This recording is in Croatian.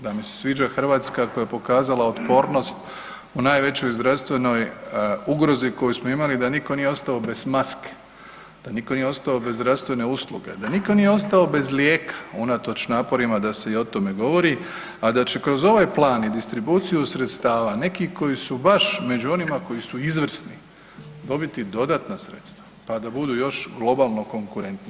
Da mi se sviđa Hrvatska koja je pokazala otpornost u najvećoj zdravstvenoj ugrozi koju smo imali, da nitko nije ostao bez maski, da niko nije ostao bez zdravstvene usluge, da niko nije ostalo bez lijeka unatoč naporima da se i o tome govori a da će kroz ovaj plan i distribuciju sredstava, neki koji su baš među onima koji su izvrsni, dobiti dodatna sredstva pa da budu još globalno konkurentniji.